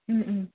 ও ও